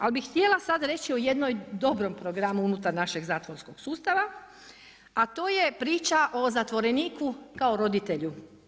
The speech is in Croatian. Ali bi htjela sad reći o jednom dobrom programu unutar našeg zatvorskog sustava, a to je priča o zatvoreniku kao roditelju.